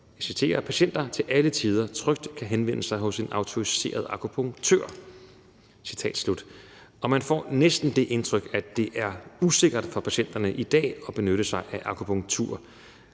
jeg citerer – patienter til alle tider trygt kan henvende sig hos en autoriseret akupunktør. Citat slut. Man får næsten det indtryk, at det er usikkert for patienterne i dag at benytte sig af akupunktur,